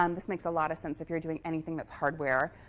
um this makes a lot of sense if you're doing anything that's hardware.